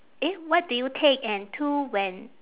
eh what do you take and to when